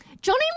Johnny